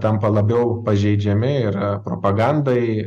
tampa labiau pažeidžiami ir propagandai